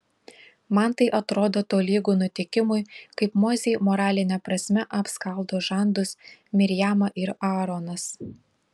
man tai atrodo tolygu nutikimui kaip mozei moraline prasme apskaldo žandus mirjama ir aaronas